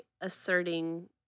asserting